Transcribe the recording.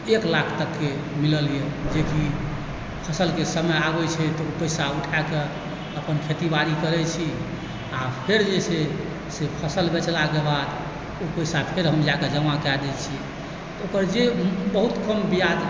एक लाख तकके मिललैए जे कि फसलके समय आबैत छै तऽ ओ पैसा उठाकऽ अपन खेती बाड़ी करैत छी आओर फेर जे छै से फसल बेचलाके बाद ओ पैसा फेर हम जाकऽ जमा कऽ दैत छियै तऽ ओकर जे बहुत कम ब्याज